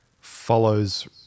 follows